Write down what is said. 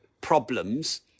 problems